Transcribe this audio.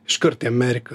iškart į ameriką